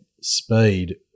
speed